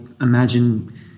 imagine